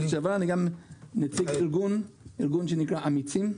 לשעבר אלא גם כנציג ארגון שנקרא "אמיצים"